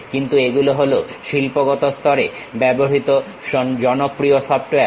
কিন্তু এগুলো হলো শিল্পগত স্তরে ব্যবহৃত জনপ্রিয় সফটওয়্যার